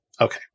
Okay